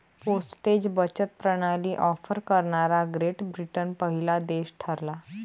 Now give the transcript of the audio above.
postage बचत प्रणाली offer करणारा ग्रेट ब्रिटन पहिला देश ठरला